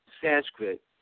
Sanskrit